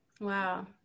Wow